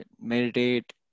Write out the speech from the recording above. meditate